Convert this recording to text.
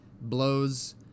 blows